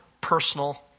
personal